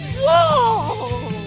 whoa